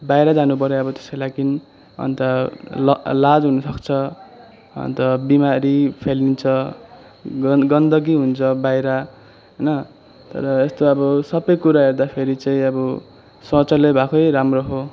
बाहिर जानुपर्यो त्यसको लागि अन्त ल लाज हुन सक्छ अन्त बिमारी फैँलिन्छ ग गन्दगी हुन्छ बाहिर होइन तर यस्तो अब सबै कुरा हेर्दाखेरि चाहिँ अब शौचालय भएकै राम्रो हो